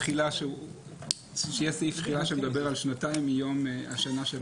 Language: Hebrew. תצליחו לשכנע שיהיה סעיף תחילה שמדבר על שנתיים מיום השנה.